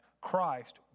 Christ